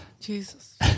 Jesus